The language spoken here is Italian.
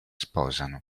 sposano